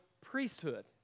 priesthood